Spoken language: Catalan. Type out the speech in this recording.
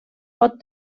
pot